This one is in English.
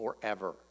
forever